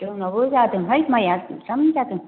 जोंनावबो जादोंहाय माइया मोजां जादों